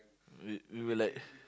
we we were like